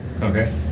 Okay